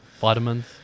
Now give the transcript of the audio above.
vitamins